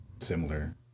similar